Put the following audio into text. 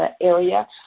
area